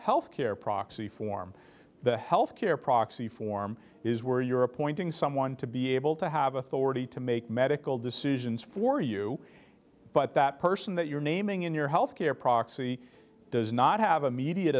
health care proxy form the health care proxy form is where you're appointing someone to be able to have authority to make medical decisions for you but that person that you're naming in your health care proxy does not have immediate